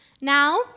Now